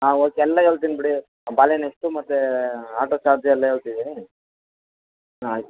ಹಾಂ ಓಕೆ ಎಲ್ಲ ಹೇಳ್ತಿನ್ ಬಿಡಿ ಬಾಳೆಹಣ್ ಎಷ್ಟು ಮತ್ತೆ ಆಟೋ ಚಾರ್ಜ್ ಎಲ್ಲ ಹೇಳ್ತೀವಿ ಹಾಂ ಆಯ್ತು